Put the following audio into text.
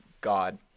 God